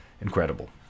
incredible